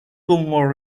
con